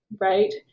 right